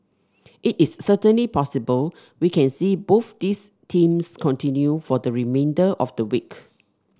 it is certainly possible we can see both these themes continue for the remainder of the week